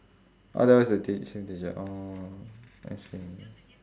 orh that was the tuition teacher oh I see